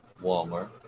Walmart